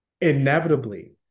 inevitably